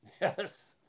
yes